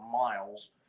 miles